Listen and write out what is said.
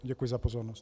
Děkuji za pozornost.